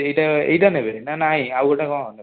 ଏଇଟା ଏଇଟା ନେବେ ନା ନାହିଁ ଆଉ ଗୋଟେ କ'ଣ ନେବେ